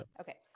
Okay